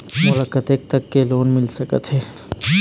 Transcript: मोला कतेक तक के लोन मिल सकत हे?